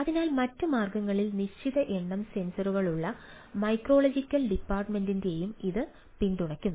അതിനാൽ മറ്റ് മാർഗങ്ങളിൽ നിശ്ചിത എണ്ണം സെൻസറുകളുള്ള മെട്രോളജിക്കൽ ഡിപ്പാർട്ട്മെന്റിനെയും ഇത് പിന്തുണയ്ക്കുന്നു